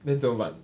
then 怎么办